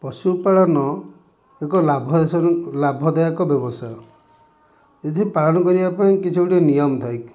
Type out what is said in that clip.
ପଶୁପାଳନ ଏକ ଲାଭ ଲାଭଦାୟକ ବ୍ୟବସାୟ ଏଥିରେ ପାଳନ କରିବା ପାଇଁ କିଛି ଗୋଟେ ନିୟମ ଦାୟିକ